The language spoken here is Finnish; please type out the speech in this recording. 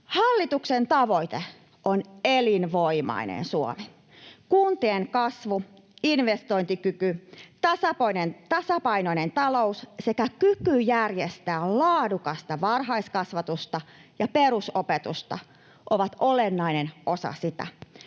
Hallituksen tavoite on elinvoimainen Suomi. Kuntien kasvu, investointikyky, tasapainoinen talous sekä kyky järjestää laadukasta varhaiskasvatusta ja perusopetusta ovat olennainen osa sitä.